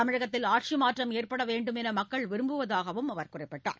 தமிழகத்தில் ஆட்சி மாற்றம் ஏற்பட வேண்டும் என்று மக்கள் விரும்புவதாகவும் அவர் கூறினார்